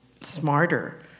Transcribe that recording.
smarter